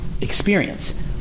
experience